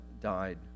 died